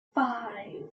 five